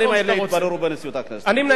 אני מנהל את הישיבה משעה 13:10,